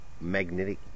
magnetic